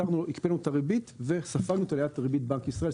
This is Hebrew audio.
הקפאנו את הריבית וספגנו את עליית ריבית בנק ישראל.